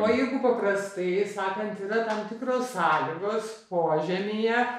o jeigu paprastai sakant yra tam tikros sąlygos požemyje